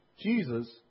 Jesus